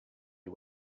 you